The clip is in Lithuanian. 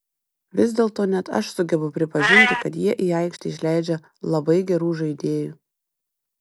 vis dėlto net aš sugebu pripažinti kad jie į aikštę išleidžia labai gerų žaidėjų